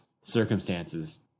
circumstances